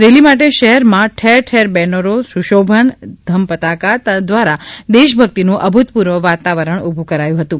rally માટે શહેરમાં ઠેર ઠેર બેનરો સુશોભન ધમપતાકા દ્વારા દેશભક્તિનું અભૂતપૂર્વ વતાવરણ ઉભું કરાયું હતુ